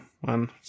one